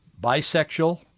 bisexual